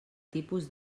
tipus